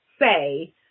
say